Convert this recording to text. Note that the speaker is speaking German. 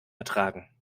betragen